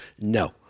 No